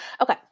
okay